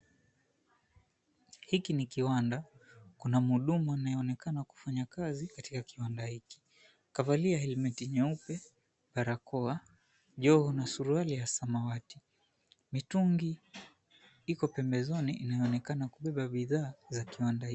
Hiki ni kiwanda, kuna mhudumu anayeonekana kufanya kazi katika kiwanda hiki. Kavalia helmeti nyeupe, barakoa, joho na suruali ya samawati. Mitungi iko pembezoni inayoonekana kubeba bidhaa za kiwanda hiki.